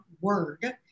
word